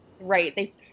Right